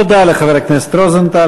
תודה לחבר הכנסת רוזנטל.